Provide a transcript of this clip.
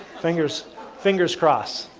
fingers fingers crossed.